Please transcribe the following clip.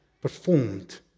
performed